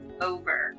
over